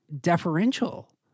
deferential